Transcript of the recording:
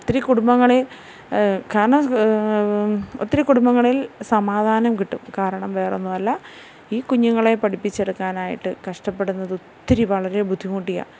ഒത്തിരി കുടുംബങ്ങളെ കാരണം ഒത്തിരി കുടുംബങ്ങളിൽ സമാധാനം കിട്ടും കാരണം വേറൊന്നുവല്ല ഈ കുഞ്ഞുങ്ങളെ പഠിപ്പിച്ചെടുക്കാനായിട്ട് കഷ്ടപ്പെടുന്നത് ഒത്തിരി വളരെ ബുദ്ധിമുട്ടിയാണ്